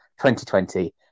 2020